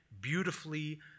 beautifully